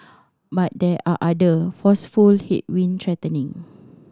but there are other forceful headwind threatening